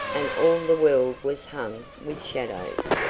and all the world was hung with shadows.